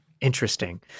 Interesting